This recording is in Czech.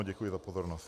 Děkuji za pozornost.